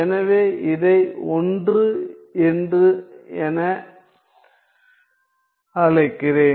எனவே இதை 1 என்று என அழைக்கிறேன்